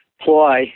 ploy